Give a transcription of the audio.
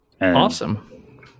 Awesome